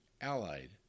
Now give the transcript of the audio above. allied